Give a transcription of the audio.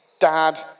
Dad